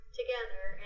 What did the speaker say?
together